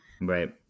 Right